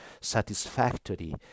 satisfactory